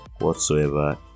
whatsoever